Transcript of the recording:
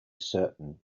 certain